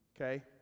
okay